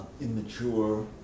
immature